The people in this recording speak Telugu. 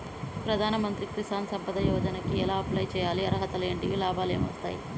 ప్రధాన మంత్రి కిసాన్ సంపద యోజన కి ఎలా అప్లయ్ చేసుకోవాలి? అర్హతలు ఏంటివి? లాభాలు ఏమొస్తాయి?